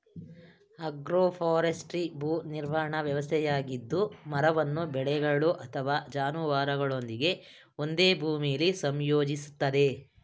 agroforestry ಭೂ ನಿರ್ವಹಣಾ ವ್ಯವಸ್ಥೆಯಾಗಿದ್ದು ಮರವನ್ನು ಬೆಳೆಗಳು ಅಥವಾ ಜಾನುವಾರುಗಳೊಂದಿಗೆ ಒಂದೇ ಭೂಮಿಲಿ ಸಂಯೋಜಿಸ್ತದೆ